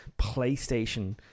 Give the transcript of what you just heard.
playstation